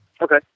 Okay